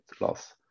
loss